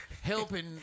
helping